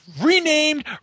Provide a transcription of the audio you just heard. renamed